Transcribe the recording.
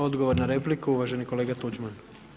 Odgovor na repliku uvaženi kolega Tuđman.